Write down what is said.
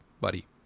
buddy